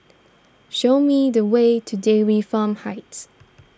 show me the way to Dairy Farm Heights